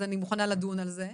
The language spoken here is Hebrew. אז אני מוכנה לדון על זה,